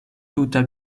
tuta